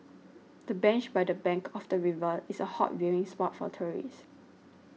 the bench by the bank of the river is a hot viewing spot for tourists